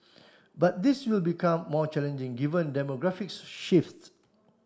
but this will become more challenging given demographic shifts